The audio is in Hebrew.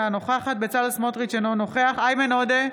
אינה נוכחת בצלאל סמוטריץ' אינו נוכח איימן עודה,